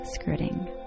skirting